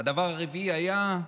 והדבר הרביעי היה,